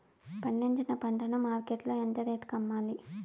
పండించిన పంట ను మార్కెట్ లో ఎంత రేటుకి అమ్మాలి?